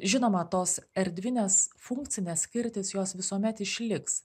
žinoma tos erdvinės funkcinės skirtis jos visuomet išliks